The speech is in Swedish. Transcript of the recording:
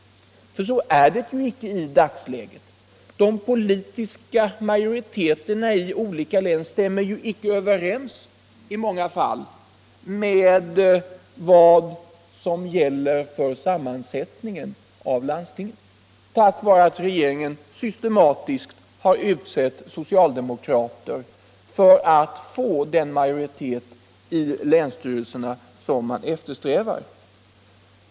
Så är det icke i dagsläget. De politiska majoriteterna i olika län stämmer i många fall inte överens med vad som gäller för sammansättningen av länsstyrelserna, därför att regeringen systematiskt har utsett socialdemokrater för att få den majoritet i länsstyrelserna som man eftersträvat.